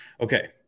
Okay